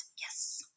Yes